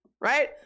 right